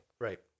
Right